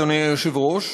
אדוני היושב-ראש,